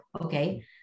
Okay